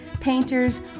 painters